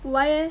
why eh